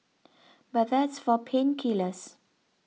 but that's for pain killers